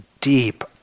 deep